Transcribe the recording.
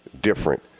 different